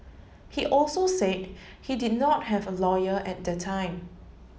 he also said he did not have a lawyer at the time